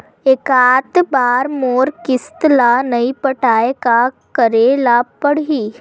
एकात बार मोर किस्त ला नई पटाय का करे ला पड़ही?